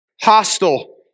hostile